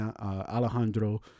Alejandro